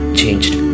changed